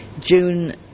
June